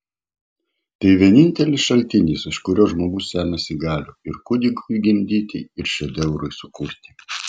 tai vienintelis šaltinis iš kurio žmogus semiasi galių ir kūdikiui gimdyti ir šedevrui sukurti